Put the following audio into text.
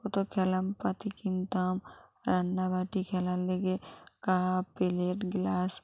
কতো কলামপাতি কিনতাম রান্নাবাটি খেলার কাপ প্লেট গ্লাস